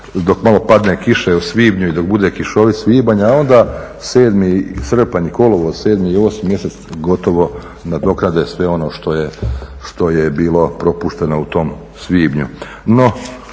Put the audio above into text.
dok malo padne kiša u svibnju i dok bude kišovit svibanj, a onda srpanj i kolovoz, 7. i 8. mjesec gotovo nadoknade sve ono što je bilo propušteno u tom svibnju.